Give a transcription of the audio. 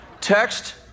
Text